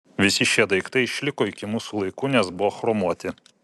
visi šie daiktai išliko iki mūsų laikų nes buvo chromuoti